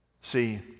See